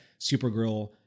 Supergirl